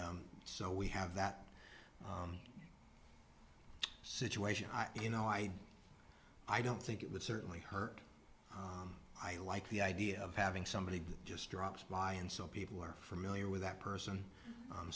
d so we have that situation you know i i don't think it would certainly hurt i like the idea of having somebody just drops by and so people are familiar with that person